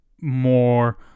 more